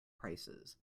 prices